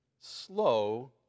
Slow